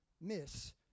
miss